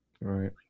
Right